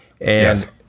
Yes